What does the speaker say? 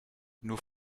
nur